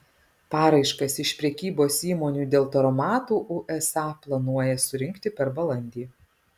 paraiškas iš prekybos įmonių dėl taromatų usa planuoja surinkti per balandį